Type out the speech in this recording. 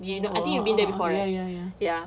oh oh ya ya ya